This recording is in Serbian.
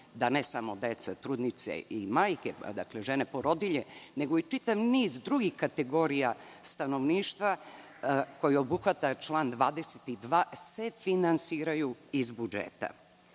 da ne samo deca, trudnice i majke, dakle žene porodilje, nego i čitav niz drugih kategorija stanovništva koji obuhvata član 22. se finansiraju iz